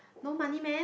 no money man